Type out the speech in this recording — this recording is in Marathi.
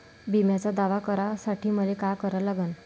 बिम्याचा दावा करा साठी मले का करा लागन?